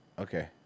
Okay